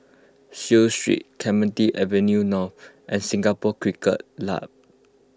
Seah Street Clemenceau Avenue North and Singapore Cricket Club